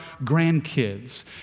grandkids